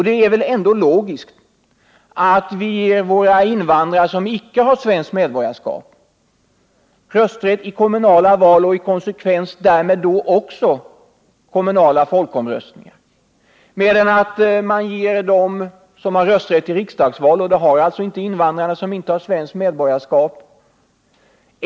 Det är väl ändå logiskt att vi ger de invandrare som icke har svenskt medborgarskap rösträtt i kommunala val och i konsekvens därmed också i kommunala folkomröstningar, och att man har motsvarande regel för dem som har rösträtt i riksdagsval — och det har alltså inte invandrarna som inte har svenskt medborgarskap.